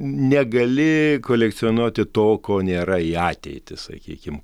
negali kolekcionuoti to ko nėra į ateitį sakykim